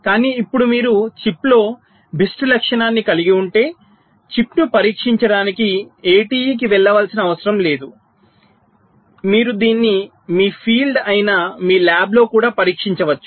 కానీ ఇప్పుడు మీరు చిప్లో BIST లక్షణాన్ని కలిగి ఉంటే చిప్ను పరీక్షించడానికి ATE కి వెళ్లవలసిన అవసరం లేదు మీరు దీన్ని మీ ఫీల్డ్ అయిన మీ ల్యాబ్లో కూడా పరీక్షించవచ్చు